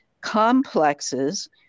complexes